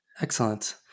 Excellent